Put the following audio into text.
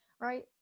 right